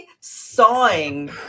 sawing